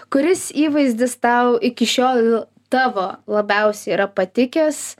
kuris įvaizdis tau iki šiol tavo labiausiai yra patikęs